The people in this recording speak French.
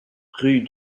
rue